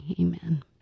Amen